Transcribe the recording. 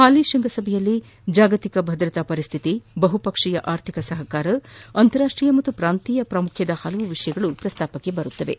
ಹಾಲಿ ಶ್ವಂಗಸಭೆಯಲ್ಲಿ ಜಾಗತಿಕ ಭದ್ರತಾ ಪರಿಸ್ಡಿತಿ ಬಹುಪಕ್ಷೀಯ ಆರ್ಥಿಕ ಸಹಕಾರ ಅಂತಾರಾಷ್ಟೀಯ ಮತ್ತು ಪ್ರಾಂತೀಯ ಪ್ರಾಮುಖ್ಯದ ಹಲವಾರು ವಿಷಯಗಳನ್ನು ಚರ್ಚಿಸಲಾಗುವುದು